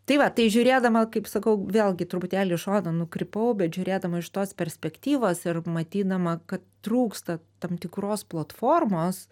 tai va tai žiūrėdama kaip sakau vėlgi truputėlį į šoną nukrypau bet žiūrėdama iš tos perspektyvos ir matydama kad trūksta tam tikros platformos